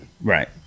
right